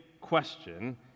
question